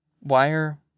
Wire